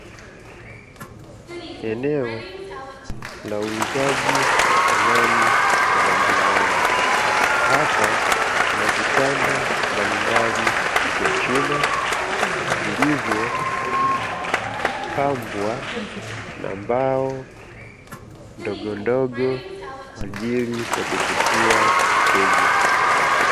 Eneo la uuzaji wa samani za majumbani, hapa kuna vitanda mbalimbali vya chuma, vilivyo pambwa na mbao ndogondogo kwa ajili ya kuvutia wateja.